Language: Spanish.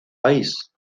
país